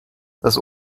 das